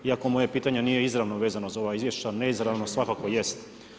Iako moje pitanje nije izravno vezano za ova izvješća, neizravno svakako jest.